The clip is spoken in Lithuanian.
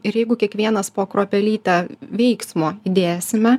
ir jeigu kiekvienas po kruopelytę veiksmo įdėsime